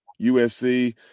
USC